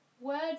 words